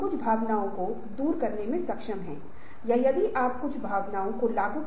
उदाहरण के लिए कहें 2005 में IIT खड़गपुर ने ERP लागू किया